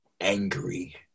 angry